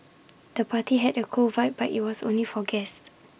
the party had A cool vibe but IT was only for guests